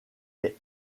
est